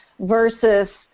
versus